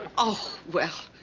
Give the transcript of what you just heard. oh, well,